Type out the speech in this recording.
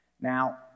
Now